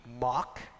mock